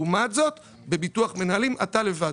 לעומת זאת, בביטוח מנהלים אתה לבד.